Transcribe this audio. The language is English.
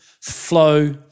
flow